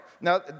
Now